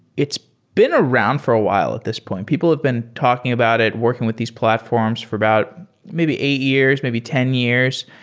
it's been around for a while at this point. people have been talking about it, working with these platform for about maybe eight years, maybe ten years.